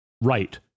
right